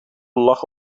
lag